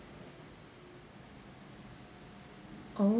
oh